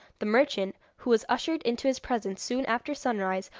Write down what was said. the merchant, who was ushered into his presence soon after sunrise,